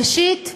ראשית,